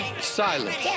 silence